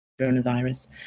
coronavirus